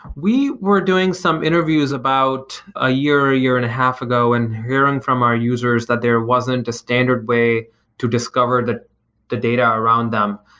we were doing some interviews about a year or a year and a half ago when and hearing from our users that there wasn't a standard way to discover the the data around them.